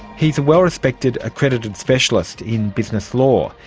he is a well respected, accredited specialist in business law.